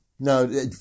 No